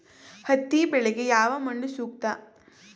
ಹತ್ತಿ ಬೆಳೆಗೆ ಯಾವ ಮಣ್ಣು ಸೂಕ್ತ?